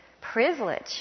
privilege